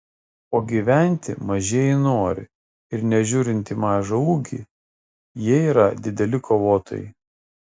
o gyventi mažieji nori ir nežiūrint į mažą ūgį jie yra dideli kovotojai